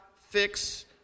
fix